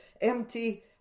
empty